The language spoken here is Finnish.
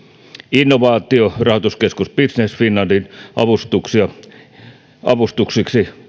innovaatiorahoituskeskus business finlandin avustuksiksi